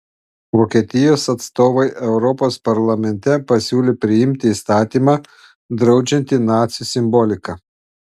vokietijos atstovai europos parlamente pasiūlė priimti įstatymą draudžiantį nacių simboliką